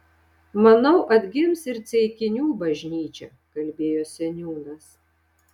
manau atgims ir ceikinių bažnyčia kalbėjo seniūnas